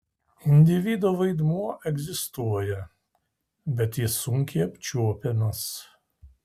individo vaidmuo egzistuoja bet jis sunkiai apčiuopiamas